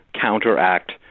counteract